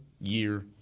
year